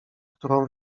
którą